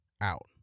out